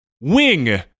wing